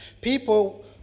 people